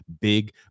big